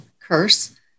curse